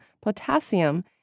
potassium